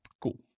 Cool